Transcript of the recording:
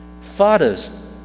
fathers